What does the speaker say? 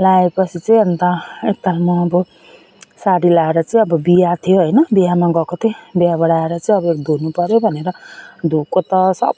लगाए पछि चाहिँ अन्त एक ताल म अब साडी लगाएर चाहिँ अब बिहा थियो होइन बिहामा गएको थिएँ बिहाबाट आएर चाहिँ अब धुनु पर्यो भनेर धोको त सब